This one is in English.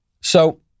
So-